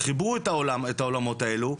חיברו את האולמות האלו,